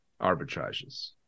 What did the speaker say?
arbitrages